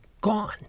gone